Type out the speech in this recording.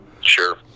Sure